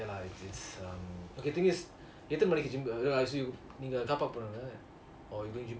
ya lah it's um